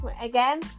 again